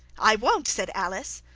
i won't said alice.